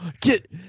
get